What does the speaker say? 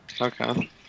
Okay